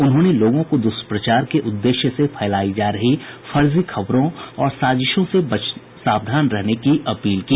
उन्होंने लोगों को दुष्प्रचार के उद्देश्य से फैलाई जा रही फर्जी खबरों और साजिशों से सावधान रहने की अपील की